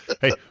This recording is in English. Hey